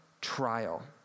trial